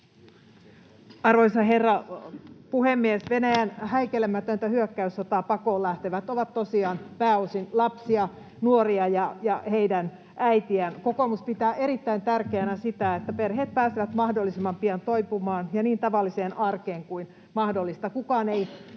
Arvoisa herra puhemies! Venäjän häikäilemätöntä hyökkäyssotaa pakoon lähtevät ovat tosiaan pääosin lapsia, nuoria ja heidän äitejään. Kokoomus pitää erittäin tärkeänä sitä, että perheet pääsevät mahdollisimman pian toipumaan ja niin tavalliseen arkeen kuin mahdollista. Kukaan ei